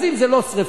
אז אם זה לא שרפה,